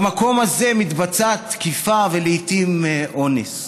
במקום הזה, מתבצעת תקיפה, ולעיתים אונס.